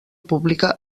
pública